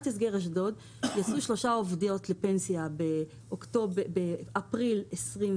אזי שלוש עובדות בתחנה יצאו לפנסיה באפריל 2021